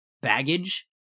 baggage